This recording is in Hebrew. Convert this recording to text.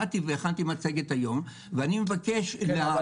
באתי והכנתי מצגת היום ואני מבקש להעביר --- כן,